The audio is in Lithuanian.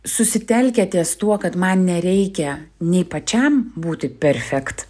susitelkę ties tuo kad man nereikia nei pačiam būti perfekt